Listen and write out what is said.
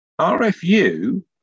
RFU